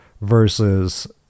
versus